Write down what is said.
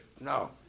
No